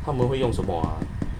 他们会用什么 ah